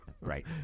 Right